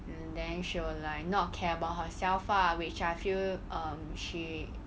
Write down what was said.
and then she will like not care about herself lah which I feel um she